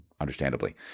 understandably